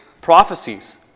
prophecies